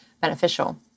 beneficial